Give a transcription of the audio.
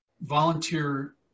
volunteer